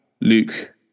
Luke